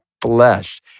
flesh